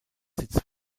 sitz